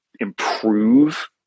improve